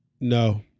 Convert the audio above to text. No